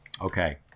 Okay